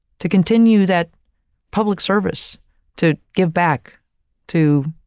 to continue that public service to give back to,